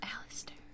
Alistair